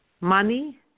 Money